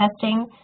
testing